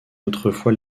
autrefois